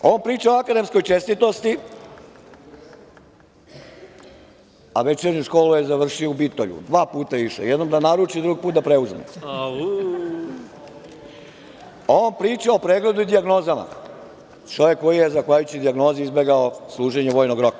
Ova priča o akademskoj čestitosti, a večernju školu je završio u Bitolju, dva puta je išao, jednom da naruči, drugi put da preuzme, a on priča o pregledu i dijagnozama, čovek koji je zahvaljujući dijagnozi izbegao služenje vojnog roka.